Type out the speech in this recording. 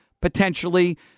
Potentially